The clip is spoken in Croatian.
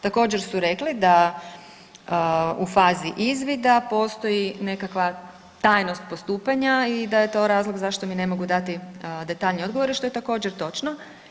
Također su rekli da u fazi izvida postoji nekakva tajnost postupanja i da je to razlog zašto mi ne mogu dati detaljnije odgovore što je također točno.